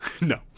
no